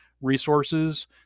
resources